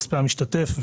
כספי המשתתף,